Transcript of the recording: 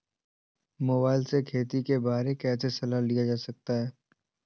Mobile से खेती के बारे कैसे सलाह लिया जा सकता है?